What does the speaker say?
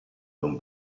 non